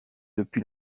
depuis